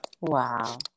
Wow